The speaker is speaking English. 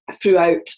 throughout